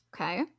Okay